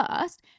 first